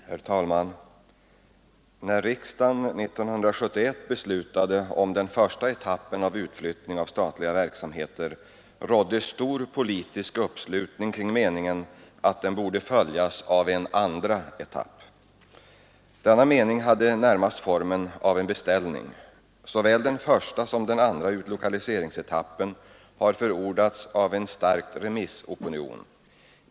Herr talman! När riksdagen 1971 beslutade om den första etappen av utflyttningen av statliga verksamheter rådde stor politisk uppslutning kring meningen att den borde följas av en andra etapp. Denna mening hade närmast formen av en beställning. Såväl den första som den andra utlokaliseringsetappen har förordats av en stark remissopinion.